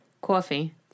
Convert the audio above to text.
Coffee